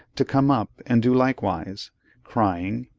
to come up and do likewise crying,